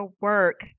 work